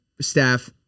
staff